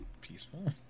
peaceful